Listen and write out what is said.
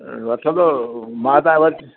वठंदो मां तव्हां वटि